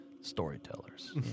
storytellers